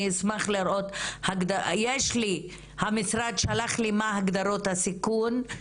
יש לי את הגדרות הסיכון,